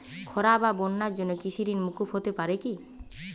খরা বা বন্যার জন্য কৃষিঋণ মূকুপ হতে পারে কি?